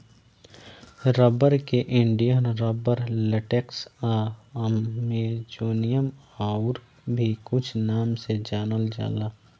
rubber के Indian rubber, latex आ Amazonian आउर भी कुछ नाम से जानल जाला